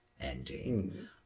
ending